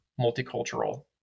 multicultural